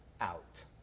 out